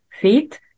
feet